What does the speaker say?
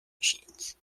machines